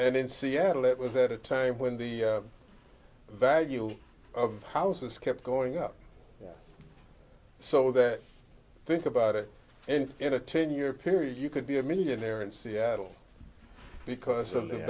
and in seattle it was at a time when the value of houses kept going up so that think about it and in a ten year period you could be a millionaire in seattle because of